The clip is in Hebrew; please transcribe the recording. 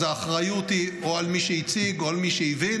אז האחריות היא או על מי שהציג, או על מי שהבין.